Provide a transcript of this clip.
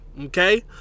okay